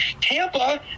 Tampa